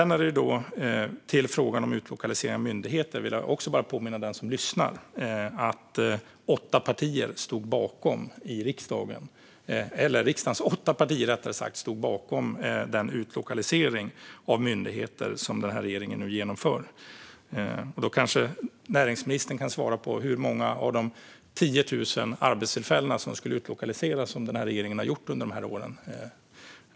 När det gäller frågan om utlokalisering av myndigheter vill jag bara påminna dem som lyssnar om att riksdagens åtta partier stod bakom den utlokalisering som regeringen nu genomför. Då kanske näringsministern kan svara på hur många av de 10 000 arbetstillfällen som skulle utlokaliseras som den här regeringen har utlokaliserat under de här åren.